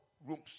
rooms